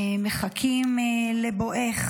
אנחנו מחכים לבואך.